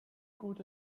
good